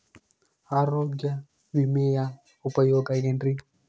ಆರೋಗ್ಯ ವಿಮೆಯ ಉಪಯೋಗ ಏನ್ರೀ?